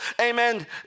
amen